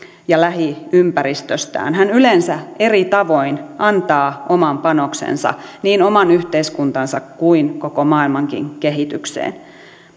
ja lähiympäristöstään hän yleensä eri tavoin antaa oman panoksensa niin oman yhteiskuntansa kuin koko maailmankin kehitykseen